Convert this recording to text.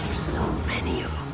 so many of